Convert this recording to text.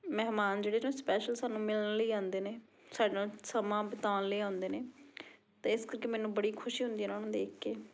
ਮਹਿਮਾਨ ਜਿਹੜੇ ਨੇ ਸਪੈਸ਼ਲ ਸਾਨੂੰ ਮਿਲਣ ਲਈ ਆਉਂਦੇ ਨੇ ਸਾਡੇ ਨਾਲ ਸਮਾਂ ਬਿਤਾਉਣ ਲਈ ਆਉਂਦੇ ਨੇ ਤਾਂ ਇਸ ਕਰਕੇ ਮੈਨੂੰ ਬੜੀ ਖੁਸ਼ੀ ਹੁੰਦੀ ਹੈ ਉਹਨਾਂ ਨੂੰ ਦੇਖ ਕੇ